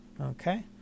Okay